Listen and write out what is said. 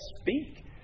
speak